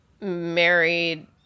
married